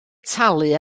talu